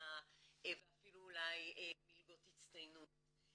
מלגה ואפילו אולי מלגות הצטיינות,